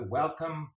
welcome